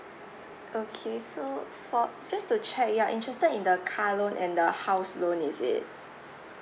okay so for just to check you're interested in the car loan and the house loan is it